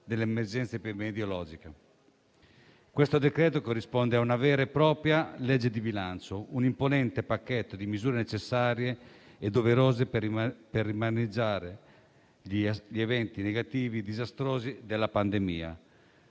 nell'emergenza epidemiologica. Questo provvedimento corrisponde a una vera e propria legge di bilancio, un imponente pacchetto di misure necessarie e doverose per rimaneggiare gli eventi negativi e disastrosi della pandemia.